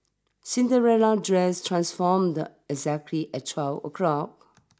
Cinderella's dress transformed exactly at twelve o'clock